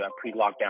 pre-lockdown